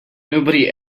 nobody